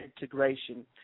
integration